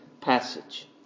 passage